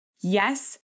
Yes